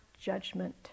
judgment